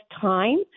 time